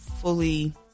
fully